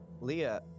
Leah